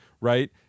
right